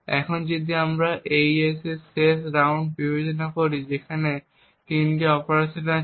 এখন যদি আমরা AES এর শেষ রাউন্ড বিবেচনা করি সেখানে 3টি অপারেশন আছে